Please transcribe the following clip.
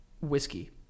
whiskey